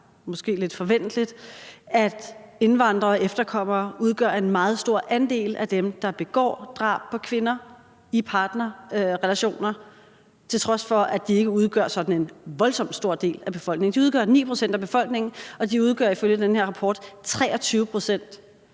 måske lidt forventeligt, at indvandrere og efterkommere udgør en meget stor andel af dem, der begår drab på kvinder i partnerrelationer, til trods for at de ikke udgør en voldsom stor del af befolkningen. De udgør 9 pct. af befolkningen, og de udgør ifølge den her rapport 23 pct.